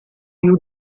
you